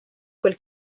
quel